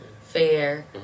Fair